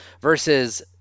versus –